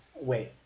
wait